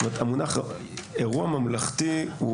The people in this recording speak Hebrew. המונח אירוע ממלכתי,